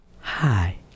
Hi